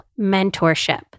mentorship